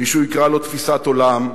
מישהו יקרא לה תפיסת עולם.